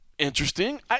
Interesting